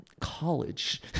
college